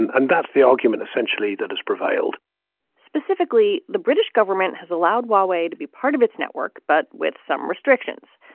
and and that's the argument essentially that has prevailed specifically, the british government has allowed walkway to be part of its network, but with some restrictions.